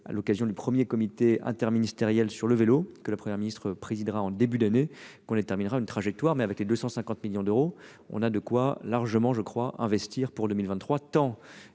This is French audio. à l'occasion du premier comité interministériel sur le vélo, que la Première ministre présidera en début d'année, que nous déterminerons une trajectoire. Cela dit, avec 250 millions d'euros, on a largement de quoi largement investir en 2023, tant